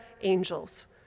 angels